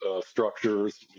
structures